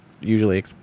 usually